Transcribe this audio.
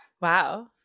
wow